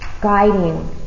guiding